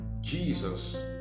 Jesus